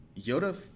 Yoda